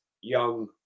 young